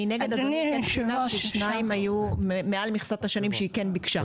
מנגד --- שניים היו מעל מכסת השנים שהיא כן ביקשה.